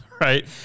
right